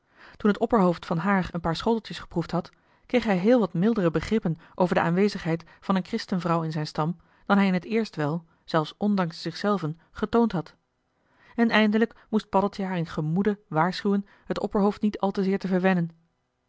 toen het opperhoofd van haar een paar schoteltjes geproefd had kreeg hij heel wat mildere begrippen over de aanwezigheid van een christen vrouw in zijn stam dan hij in het eerst wel zelfs ondanks zichzelven getoond had en eindelijk moest paddeltje haar in gemoede waarschuwen het opperhoofd niet al te zeer te verwennen